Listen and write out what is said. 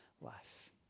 life